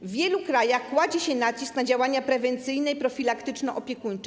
W wielu krajach kładzie się nacisk na działania prewencyjne i profilaktyczno-opiekuńcze.